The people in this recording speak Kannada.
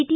ಟಿ